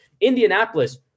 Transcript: Indianapolis